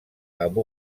amb